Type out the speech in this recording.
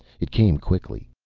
it came quickly.